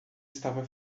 estava